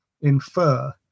infer